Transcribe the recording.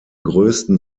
größten